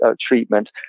treatment